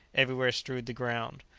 everywhere strewed the ground.